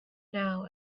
now